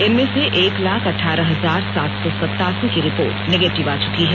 इनमें से एक लाख अठारह हजार सात सौ सतासी की रिपोर्ट निगेटिव आ चुकी है